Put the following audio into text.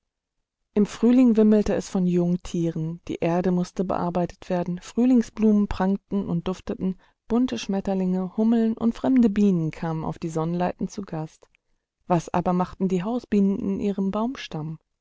im frühling wimmelte es von jungtieren die erde mußte bearbeitet werden frühlingsblumen prangten und dufteten bunte schmetterlinge hummeln und fremde bienen kamen auf die sonnleiten zu gast was aber machten die hausbienen in ihrem baumstamm